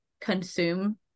consume